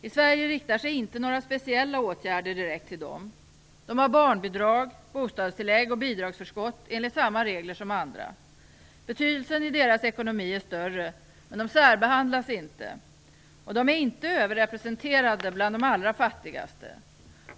I Sverige riktar sig inte några speciella åtgärder direkt till dem. De har barnbidrag, bostadstillägg och bidragsförskott enligt samma regler som andra. Betydelsen av detta är större i deras ekonomi, men de särbehandlas inte och de är inte överrepresenterade bland de allra fattigaste.